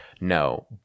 No